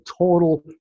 total